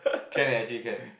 can eh actually can